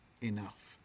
enough